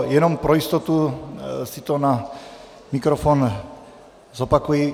Jenom pro jistotu si to na mikrofon zopakuji.